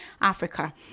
Africa